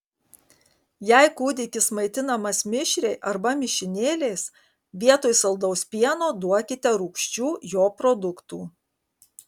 jei kūdikis maitinamas mišriai arba mišinėliais vietoj saldaus pieno duokite rūgščių jo produktų